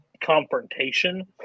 confrontation –